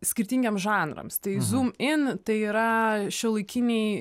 skirtingiems žanrams tai zum in ir tai yra šiuolaikiniai